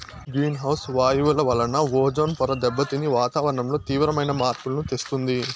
green house వాయువుల వలన ozone పొర దెబ్బతిని వాతావరణంలో తీవ్రమైన మార్పులను తెస్తుంది